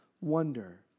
wonder